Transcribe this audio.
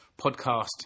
podcast